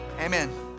amen